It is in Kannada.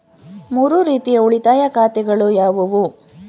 ಮೂರು ರೀತಿಯ ಉಳಿತಾಯ ಖಾತೆಗಳು ಯಾವುವು?